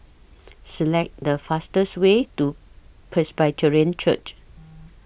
Select The fastest Way to Presbyterian Church